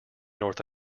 north